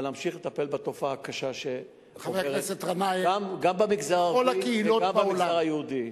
אבל להמשיך לטפל בתופעה הקשה גם במגזר הערבי וגם במגזר היהודי.